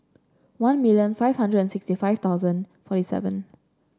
one million five hundred and sixty five thousand forty seven